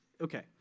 Okay